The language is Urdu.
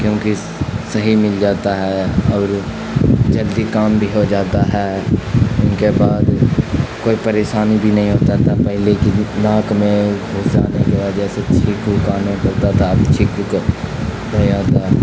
کیونکہ صحیح مل جاتا ہے اور جلدی کام بھی ہو جاتا ہے ان کے بعد کوئی پریشانی بھی نہیں ہوتا تھا پہلے کی ناک میں گھسانے کے وجہ سے چھینک وینک آنے پڑتا تھا ابھی چھینک وینک نہیں آتا ہے